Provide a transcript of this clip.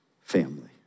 family